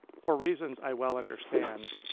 for reasons i well understand,